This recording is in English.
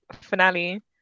finale